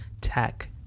tech